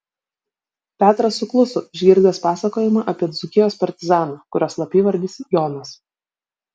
petras sukluso išgirdęs pasakojimą apie dzūkijos partizaną kurio slapyvardis jonas